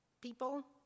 people